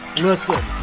listen